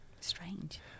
strange